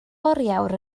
oriawr